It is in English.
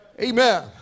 amen